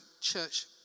church